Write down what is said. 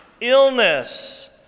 illness